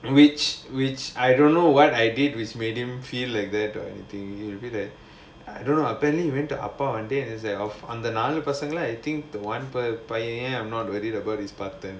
which which I don't know what I did which made him feel like that or anything he a bit like I don't know apparently you went to ah pa வந்து அந்த நாலு பசங்க:vandhu andha naalu pasanga I think the [one] பையன்:paiyan I'm not worried about is